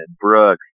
Brooks